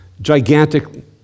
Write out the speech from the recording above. gigantic